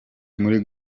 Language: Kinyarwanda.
muri